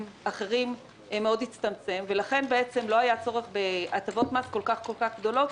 אחרים הצטמצם מאוד ולכן בעצם לא היה צורך בהטבות מס כל כך גדולות,